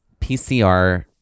PCR